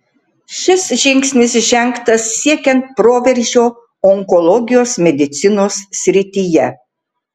šis žingsnis žengtas siekiant proveržio onkologijos medicinos srityje